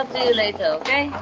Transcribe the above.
later, okay?